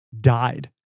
died